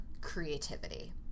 creativity